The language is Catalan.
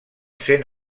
sent